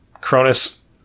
Cronus